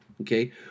okay